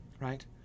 right